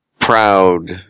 proud